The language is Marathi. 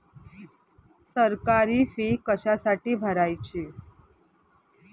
सरकारी फी कशासाठी भरायची